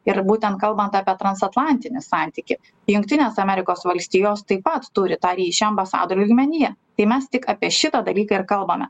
ir būtent kalbant apie transatlantinius santykį jungtinės amerikos valstijos taip pat turi tą ryšį ambasadorių lygmenyje tai mes tik apie šitą dalyką ir kalbame